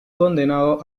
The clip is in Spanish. condenado